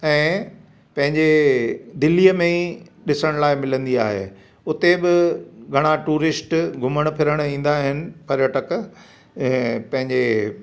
ऐं पंहिंजे दिल्लीअ में ई ॾिसण लाइ मिलंदी आहे उते बि घणा टूरिस्ट घुमण फ़िरण ईंदा आहिनि पर्यटक पंहिंजे